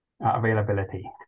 availability